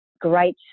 great